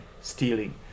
stealing